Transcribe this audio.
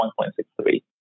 1.63